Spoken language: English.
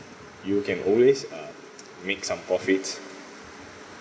you can always um make some profits